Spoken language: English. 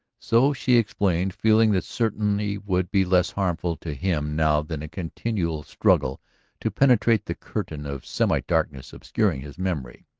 so she explained, feeling that certainty would be less harmful to him now than a continual struggle to penetrate the curtain of semidarkness obscuring his memory.